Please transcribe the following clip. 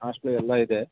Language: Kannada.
ಹಾಸ್ಟ್ಲು ಎಲ್ಲ ಇದೆ